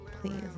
Please